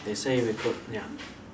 they say we could ya